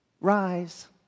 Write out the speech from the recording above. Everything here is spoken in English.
rise